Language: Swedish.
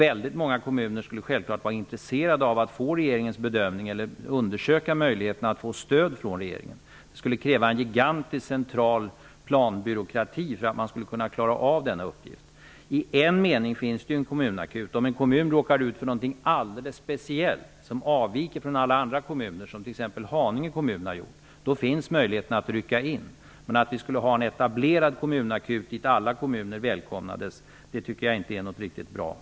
Många kommuner skulle självfallet vara intresserade av att få regeringens bedömning eller av att undersöka möjligheterna att få stöd från regeringen. Det skulle krävas en gigantisk, central planbyråkrati för att man skulle kunna klara av denna uppgift. I en mening finns det en kommunakut. Om en kommun råkar ut för någonting alldeles speciellt, som avviker från alla andra kommuner, som t.ex. Haninge kommun har gjort, finns möjligheten att rycka in. Men förslaget om en etablerad kommunakut, dit alla kommuner välkomnades, är inte riktigt bra.